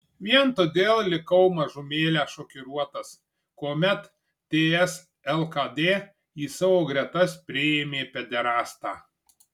vien todėl likau mažumėlę šokiruotas kuomet ts lkd į savo gretas priėmė pederastą